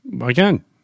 again